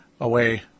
away